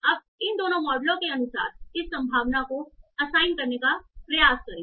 अब इन दोनों मॉडलों के अनुसार इस संभावना को असाइन करने का प्रयास करें